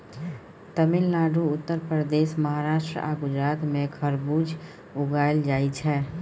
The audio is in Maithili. तमिलनाडु, उत्तर प्रदेश, महाराष्ट्र आ गुजरात मे खरबुज उगाएल जाइ छै